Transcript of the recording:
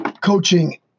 coaching